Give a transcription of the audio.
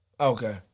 Okay